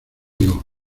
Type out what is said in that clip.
higo